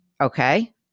okay